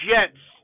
Jets